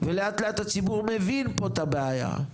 ולאט לאט הציבור מבין פה את הבעיה,